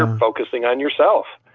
um focusing on yourself.